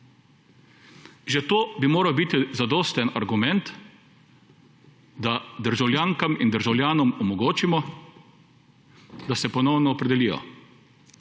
Že to bi moral biti zadosten argument, da državljankam in državljanom omogočimo, da se ponovno opredelijo,